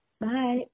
Bye